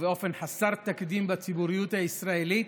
ובאופן חסר תקדים בציבוריות הישראלית,